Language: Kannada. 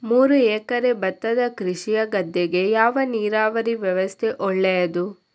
ಮೂರು ಎಕರೆ ಭತ್ತದ ಕೃಷಿಯ ಗದ್ದೆಗೆ ಯಾವ ನೀರಾವರಿ ವ್ಯವಸ್ಥೆ ಒಳ್ಳೆಯದು?